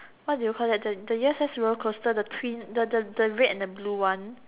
what do you call that the U_S_S roller coaster the twin the the red and the blue one